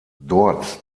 dort